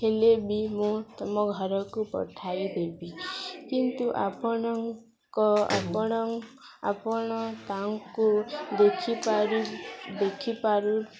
ହେଲେ ବି ମୁଁ ତୁମ ଘରକୁ ପଠାଇ ଦେବି କିନ୍ତୁ ଆପଣଙ୍କ ଆପଣ ଆପଣ ତାଙ୍କୁ ଦେଖିପାରୁ ଦେଖିପାରୁ